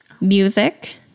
music